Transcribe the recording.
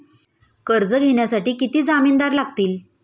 कर्ज घेण्यासाठी किती जामिनदार लागतील?